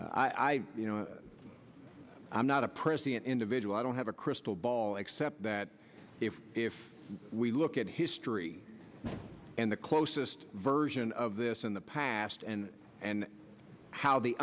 you know i'm not a pretty an individual i don't have a crystal ball except that if if we look at history and the closest version of this in the past and and how the